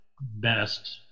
best